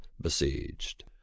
besieged